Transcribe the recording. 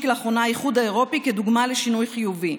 לאחרונה האיחוד האירופי כדוגמה לשינוי חיובי.